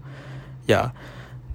ya